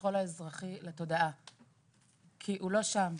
השכול האזרחי לתודעה כי הוא לא שם.